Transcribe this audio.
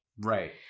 right